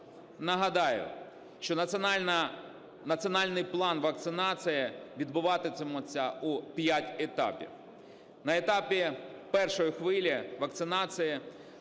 Нагадаю, що Національний план вакцинації відбуватиметься у п'ять етапів. На етапі першої хвилі вакцинація